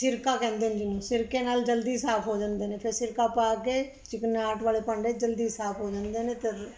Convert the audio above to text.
ਸਿਰਕਾ ਕਹਿੰਦੇ ਨੇ ਜਿਹਨੂੰ ਸਿਰਕੇ ਨਾਲ ਜਲਦੀ ਸਾਫ ਹੋ ਜਾਂਦੇ ਨੇ ਫਿਰ ਸਿਰਕਾ ਪਾ ਕੇ ਚਿਕਨਾਹਟ ਵਾਲੇ ਭਾਂਡੇ ਜਲਦੀ ਸਾਫ ਹੋ ਜਾਂਦੇ ਨੇ ਅਤੇ